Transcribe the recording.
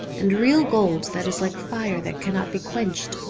and real gold that is like fire that cannot be quenched,